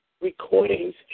recordings